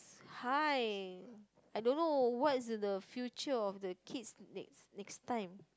high I don't know what is the future of the kids next next time